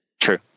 True